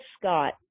Scott